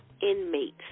inmates